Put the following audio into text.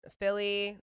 Philly